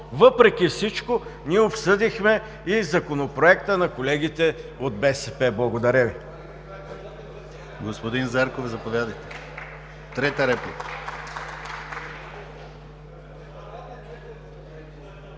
въпреки всичко, ние обсъдихме и Законопроекта на колегите от БСП. Благодаря Ви.